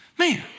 man